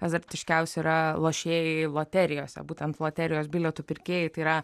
azartiškiausi yra lošėjai loterijose būtent loterijos bilietų pirkėjai tai yra